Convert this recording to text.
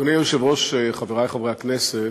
גברתי היושבת-ראש, חברי חברי הכנסת,